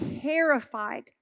terrified